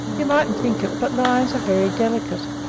you mightn't think it, but lions are very delicate.